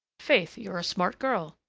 faith, you're a smart girl,